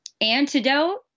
antidote